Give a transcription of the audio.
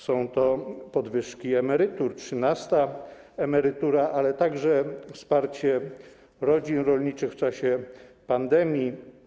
Są to podwyżki emerytur, trzynasta emerytura, ale także wsparcie rodzin rolniczych w czasie pandemii.